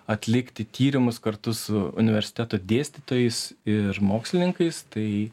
atlikti tyrimus kartu su universiteto dėstytojais ir mokslininkais tai